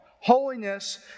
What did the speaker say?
Holiness